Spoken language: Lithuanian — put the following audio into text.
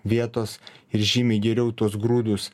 vietos ir žymiai geriau tuos grūdus